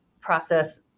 process